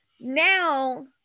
now